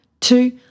two